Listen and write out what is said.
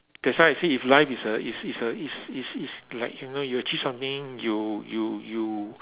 that's why I say if life is a is is a is is is like you know you achieve something you you you